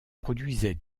produisaient